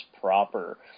proper